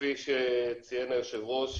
כפי שציין היושב ראש,